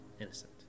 Innocent